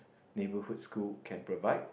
neighbourhood schools can provide